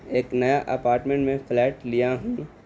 ایک نیا اپارٹمنٹ میں فلیٹ لیا ہوں